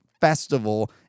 festival